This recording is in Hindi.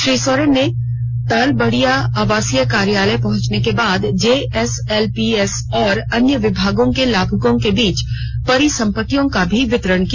श्री सोरेन ने तलबडिया आवासीय कार्यालय पहुंचने के बाद जेएसएलपीएस और अन्य विभागो के लाभुको के बीच परिसंपत्तियों का भी वितरण किया